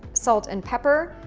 salt and pepper,